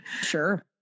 Sure